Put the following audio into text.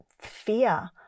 fear